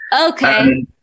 Okay